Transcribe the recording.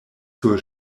sur